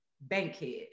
Bankhead